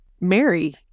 Mary